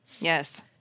Yes